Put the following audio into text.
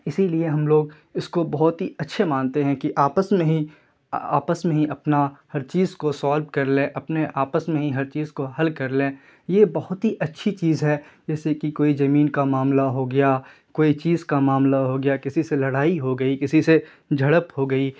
اسی لیے ہم لوگ اس کو بہت ہی اچھے مانتے ہیں کہ آپس میں ہی آپس میں ہی اپنا ہر چیز کو سولو کر لیں اپنے آپس میں ہی ہر چیز کو حل کر لیں یہ بہت ہی اچھی چیز ہے جیسے کہ کوئی زمین کا معاملہ ہو گیا کوئی چیز کا معاملہ ہو گیا کسی سے لڑائی ہو گئی کسی سے جھڑپ ہو گئی